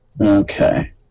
okay